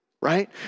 right